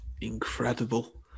incredible